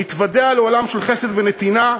ונתוודע לעולם של חסד ונתינה,